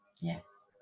Yes